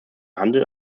handel